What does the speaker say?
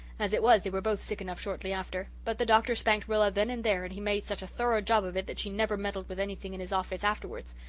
as it was, they were both sick enough shortly after. but the doctor spanked rilla then and there and he made such a thorough job of it that she never meddled with anything in his office afterwards.